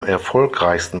erfolgreichsten